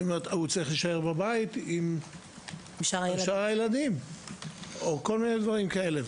היא אומרת לי שהוא צריך להישאר בבית עם שאר הילדים וכל מיני דברים כאלה.